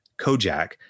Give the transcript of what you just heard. Kojak